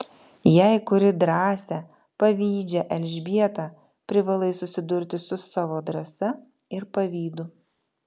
jei kuri drąsią pavydžią elžbietą privalai susidurti su savo drąsa ir pavydu